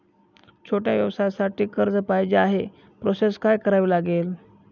छोट्या व्यवसायासाठी कर्ज पाहिजे आहे प्रोसेस काय करावी लागेल?